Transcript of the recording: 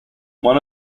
one